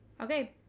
okay